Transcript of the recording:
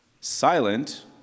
silent